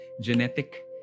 genetic